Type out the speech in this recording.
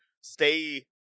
stay